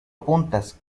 puntas